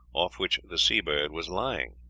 off which the seabird was lying.